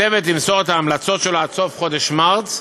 הצוות ימסור את ההמלצות שלו עד סוף חודש מרס.